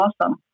awesome